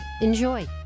Enjoy